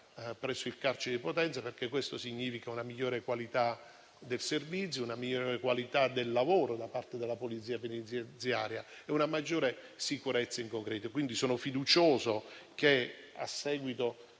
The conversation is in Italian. presso il carcere di Potenza, perché questo significa una migliore qualità del servizio, una migliore qualità del lavoro da parte della Polizia penitenziaria e una maggiore sicurezza in concreto. Sono quindi fiducioso che, a seguito